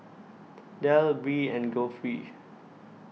Del Bree and Geoffrey